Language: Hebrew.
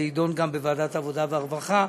זה יידון גם בוועדת העבודה והרווחה,